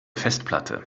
festplatte